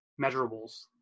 measurables